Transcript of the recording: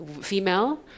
female